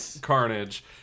Carnage